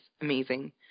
amazing